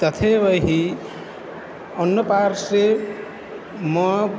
तथैव हि अन्यपार्श्वे म